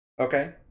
Okay